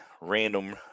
random